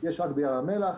יש רק בים המלח.